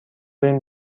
بریم